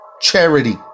charity